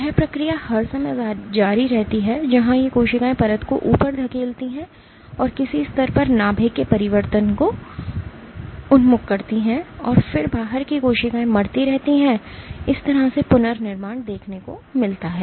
यह प्रक्रिया हर समय जारी रहती है जहां ये कोशिकाएं परत को ऊपर धकेलती हैं और किसी स्तर पर नाभिक के परिवर्तन को उन्मुख करती हैं और फिर बाहर की कोशिकाएं मरती रहती हैं और इस तरह से पुनर्निर्माण देखने को मिलता है